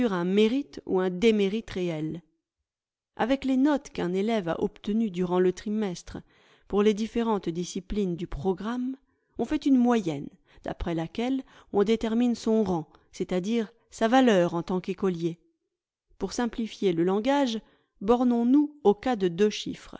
un mérite ou un démérite réels avec les notes qu'un élève a obtenues durant le trimestre pour les différentes disciplines du programme on fait une moyenne d'après laquelle on détermine son rang c'est-à-dire sa valeur en tant qu'écolier pour simplifier le langage bornons-nous au cas de deux chiffres